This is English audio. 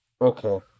Okay